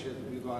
כפי שיעידו כל